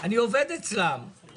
או שמשתלם להם לא להבין.